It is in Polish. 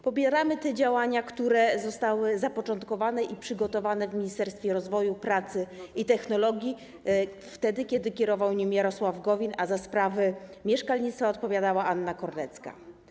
Popieramy te działania, które zostały zapoczątkowane i przygotowane w Ministerstwie Rozwoju, Pracy i Technologii, wtedy kiedy kierował nim Jarosław Gowin, a za sprawy mieszkalnictwa odpowiadała Anna Kornecka.